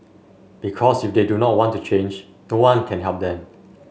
because if they do not want to change no one can help them